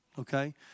okay